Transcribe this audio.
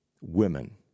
women